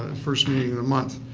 ah first meeting of the month.